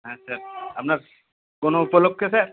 হ্যাঁ স্যার আপনার কোনো উপলক্ষ্যে স্যার